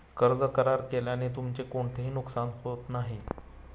कर्ज करार केल्याने तुमचे कोणतेही नुकसान होत नाही